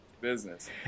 business